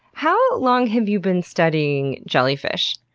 how long have you been studying jellyfish?